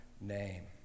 name